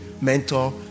mentor